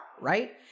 right